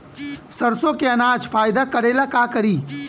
सरसो के अनाज फायदा करेला का करी?